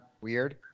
weird